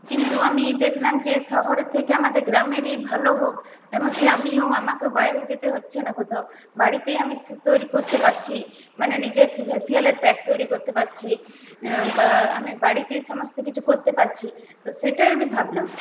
কিন্তু আমি দেখলাম যে শহরের থেকে আমাদের গ্রামেরই ভালো হোক এমনকি আমিও আমাকেও বাইরে যেতে হচ্ছে না কোথাও বাড়িতেই আমি তৈরি করতে পারছি মানে নিজের ফেসিয়ালের প্যাক তৈরি করতে পারছি বা আমি বাড়িতেই সমস্তকিছু করতে পারছি তো সেটাই আমি ভাবলাম